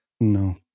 no